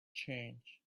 change